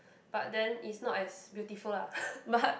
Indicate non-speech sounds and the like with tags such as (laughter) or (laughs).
but then it's not as beautiful lah (laughs) but